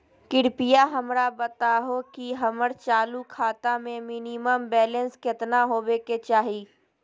कृपया हमरा बताहो कि हमर चालू खाता मे मिनिमम बैलेंस केतना होबे के चाही